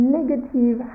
negative